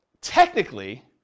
technically